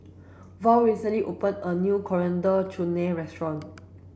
Val recently opened a new Coriander Chutney restaurant